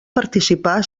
participar